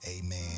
amen